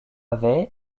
avait